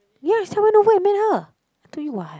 ya over and met her I told you [what]